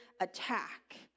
attack